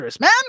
Man